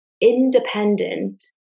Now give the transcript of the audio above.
independent